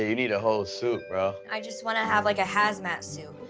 need a whole suit bro. i just wanna have like a hazmat suit,